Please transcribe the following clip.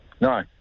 No